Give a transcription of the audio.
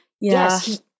Yes